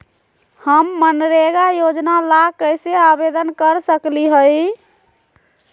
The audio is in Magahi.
हम मनरेगा योजना ला कैसे आवेदन कर सकली हई?